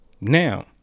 Now